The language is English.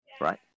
right